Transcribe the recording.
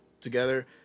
together